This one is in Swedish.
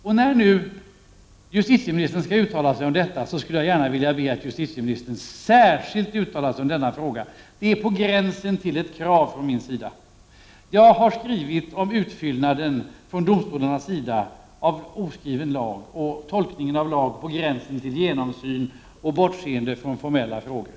Jag vill be justitieministern — det är nästintill ett krav — uttala sig särskilt om denna fråga. Jag har skrivit om utfyllnaden av oskriven lag från domstolens sida och tolkning av lag på gränsen till genomsyn och med bortseende från formella frågor.